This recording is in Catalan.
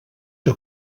que